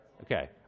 Okay